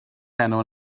heno